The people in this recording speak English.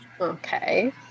Okay